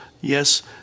yes